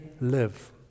live